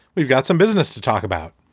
we've got some business to talk about.